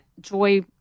joy